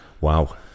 Wow